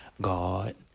God